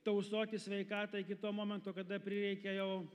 tausoti sveikatą iki to momento kada prireikia jau